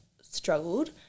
struggled